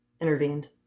intervened